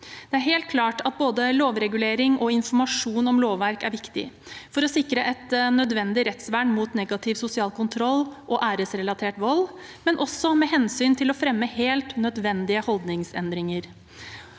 Det er helt klart at både lovregulering og informasjon om lovverk er viktig for å sikre et nødvendig rettsvern mot negativ sosial kontroll og æresrelatert vold, men også med hensyn til å fremme helt nødvendige holdningsendringer.